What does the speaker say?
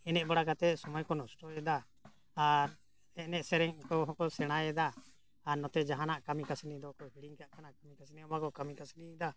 ᱮᱱᱮᱡ ᱵᱟᱲᱟ ᱠᱟᱛᱮᱫ ᱥᱳᱢᱚᱭ ᱠᱚ ᱱᱚᱥᱴᱚᱭᱮᱫᱟ ᱟᱨ ᱮᱱᱮᱡ ᱥᱮᱨᱮᱧ ᱠᱚ ᱦᱚᱸᱠᱚ ᱥᱮᱬᱟᱭᱮᱫᱟ ᱟᱨ ᱱᱚᱛᱮ ᱡᱟᱦᱟᱱᱟᱜ ᱠᱟᱹᱢᱤ ᱠᱟᱹᱥᱱᱤ ᱫᱚᱠᱚ ᱦᱤᱲᱤᱧ ᱠᱟᱜ ᱠᱟᱱᱟ ᱠᱟᱹᱢᱤ ᱠᱟᱹᱥᱱᱤ ᱦᱚᱸ ᱵᱟᱠᱚ ᱠᱟᱹᱢᱤ ᱠᱟᱹᱥᱱᱤᱭᱮᱫᱟ